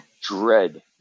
dread